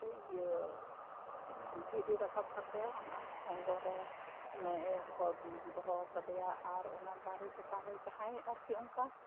ᱤᱭᱟᱹ ᱫᱷᱤᱨᱤ ᱨᱟᱠᱟᱵ ᱠᱟᱛᱮ ᱚᱱᱟ ᱠᱷᱚᱜᱚᱨᱮ ᱫᱚᱦᱚ ᱠᱟᱫᱮᱭᱟ ᱟᱨ ᱚᱱᱟ ᱫᱟᱨᱮ ᱪᱮᱛᱟᱱᱨᱮ ᱡᱟᱦᱟᱸᱭ ᱟᱨᱠᱤ ᱚᱱᱠᱟ